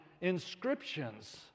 inscriptions